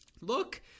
look –